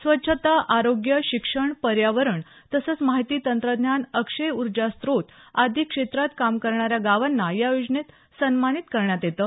स्वच्छता आरोग्य शिक्षण पर्यावरण तसंच माहिती तंत्रज्ञान अक्षय उर्जा स्त्रोत आदी क्षेत्रात काम करणाऱ्या गावांना या योजनेत सन्मानित करण्यात येतं